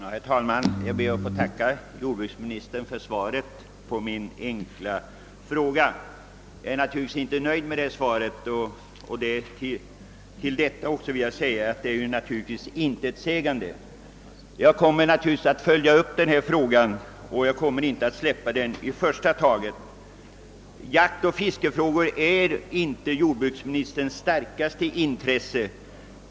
Herr talman! Jag ber att få tacka jordbruksministern för svaret på min fråga. Naturligtvis är jag inte nöjd med detta svar; det är verkligen intetsägande. Jag kommer därför inte att släppa saken i första taget utan ämnar följa upp den. Jaktoch fiskefrågor är inte jordbruksministerns starkaste intresse.